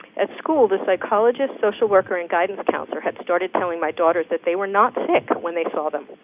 at school, the psychologist, social worker, and guidance counselor had started telling my daughters that they were not sick when they saw them.